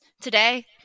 today